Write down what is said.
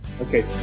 Okay